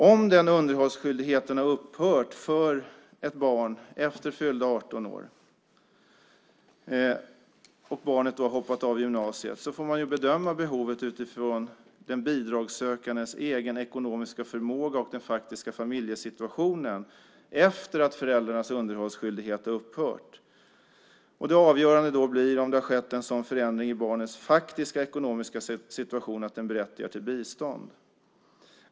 Om den underhållsskyldigheten har upphört för ett barn efter fyllda 18 år och barnet har hoppat av gymnasiet får man bedöma behovet utifrån den bidragssökandes egen ekonomiska förmåga och den faktiska familjesituationen efter att föräldrarnas underhållsskyldighet har upphört. Det avgörande blir om det har skett en sådan förändring i barnets faktiska ekonomiska situation att den berättigar till bistånd.